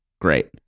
Great